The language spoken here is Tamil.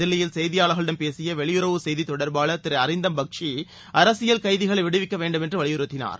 தில்லியில் செய்தியாளர்களிடம் பேசிய வெளியுறவு செய்தித் தொடர்பாளர் திரு அரிந்தம் பக்ஸி அரசியல் கைதிகளை விடுவிக்க வேண்டும் என்று வலியுறுத்தினார்